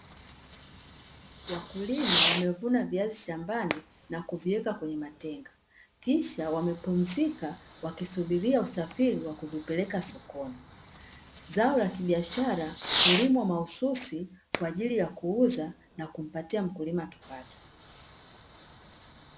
Wakulima wamevuna viazi shambani na kuviweka kwenye matenga, kisha wamepumzika wakisubiria usafiri wa kuvipeleka sokoni, zao la kibiashara hulimwa mahususi kwa ajili ya kuuza na kumpatia mkulima kipato.